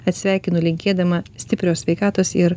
atsisveikinu linkėdama stiprios sveikatos ir